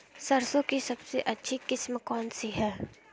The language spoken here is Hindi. सरसों की सबसे अच्छी किस्म कौन सी है?